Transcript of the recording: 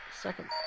second